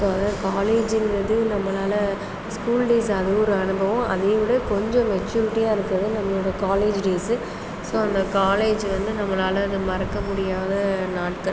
so அதுதான் காலேஜுன்றது நம்மனால ஸ்கூல் டேஸ் அதுவும் ஒரு அனுபவம் அதையும் விட கொஞ்சம் மெச்சுரிட்டியாக இருக்கவே நம்மளோடய காலேஜ் டேஸ் ஸோ அந்த காலேஜ் வந்து நம்மளால் அதை மறக்க முடியாத நாட்கள்